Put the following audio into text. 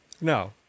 no